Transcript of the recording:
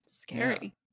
scary